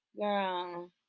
girl